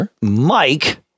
Mike